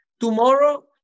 tomorrow